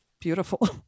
beautiful